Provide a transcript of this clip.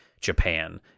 Japan